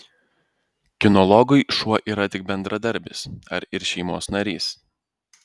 kinologui šuo yra tik bendradarbis ar ir šeimos narys